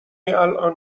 الان